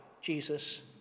Jesus